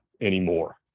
anymore